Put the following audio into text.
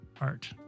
Art